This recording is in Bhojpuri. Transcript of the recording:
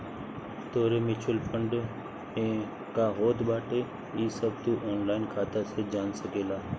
तोहरे म्यूच्यूअल फंड में का होत बाटे इ सब तू ऑनलाइन खाता से जान सकेला